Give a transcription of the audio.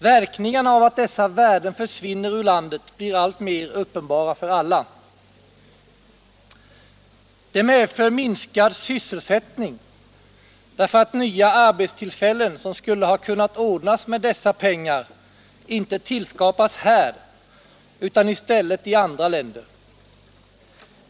Verkningarna av att dessa värden försvinner ur landet blir alltmer uppenbara för alla. Det medför minskad sysselsättning, därför att nya arbetstillfällen som skulle ha kunnat ordnas med dessa pengar inte tillskapas här utan i stället i andra länder.